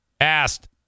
asked